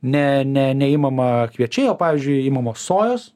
ne ne ne imama kviečiai o pavyzdžiui imamos sojos